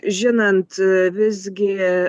žinant visgi